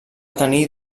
tenir